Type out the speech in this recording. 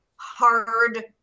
hard